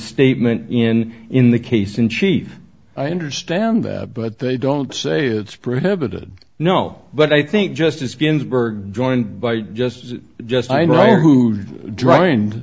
statement in in the case in chief understand that but they don't say it's prohibited no but i think justice ginsburg joined by just just i know who'd dry and